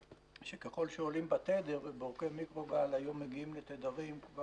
שככל שעולים בתדר ובעורקי מיקרוגל היו מגיעים לתדרים של